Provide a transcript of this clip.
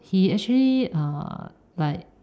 he actually uh like